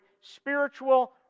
spiritual